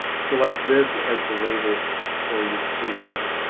select this as the label for your leaf nodes.